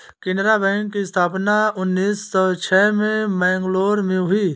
Canara bank की स्थापना उन्नीस सौ छह में मैंगलोर में हुई